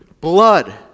Blood